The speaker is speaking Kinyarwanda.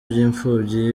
by’imfubyi